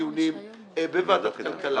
דיונים בוועדת הכלכלה.